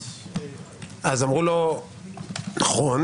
אז אמרו לו: נכון,